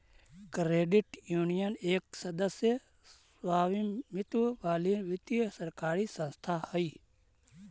credit union एक सदस्य स्वामित्व वाली वित्तीय सरकारी संस्था हइ